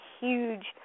huge